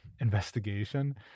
investigation